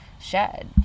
shed